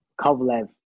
Kovalev